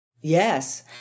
Yes